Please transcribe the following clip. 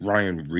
Ryan